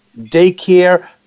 daycare